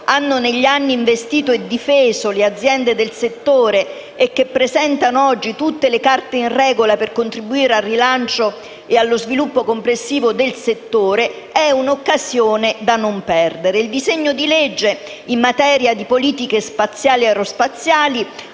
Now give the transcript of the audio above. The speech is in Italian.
anni hanno investito e difeso le aziende del settore e che presentano oggi tutte le carte in regola per contribuire al rilancio e allo sviluppo complessivo del settore, questa è sicuramente un'occasione da non perdere. Il disegno di legge in materia di politiche spaziali e aerospaziali